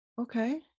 okay